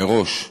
מראש.